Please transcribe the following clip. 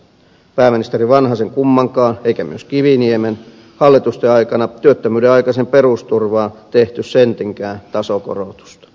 pääministeri vanhasen kummankaan hallituksen eikä myöskään kiviniemen hallituksen aikana työttömyyden aikaiseen perusturvaan tehty sentinkään tasokorotusta